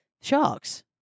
Sharks